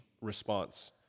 response